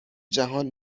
جهان